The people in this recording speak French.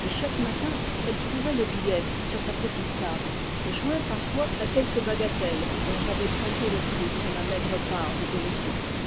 et chaque matin elle trouvait le billet sur sa petite table joint parfois à quelque bagatelle dont j'avais prélevé le prix sur ma maigre part de bénéfices